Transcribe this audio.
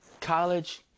college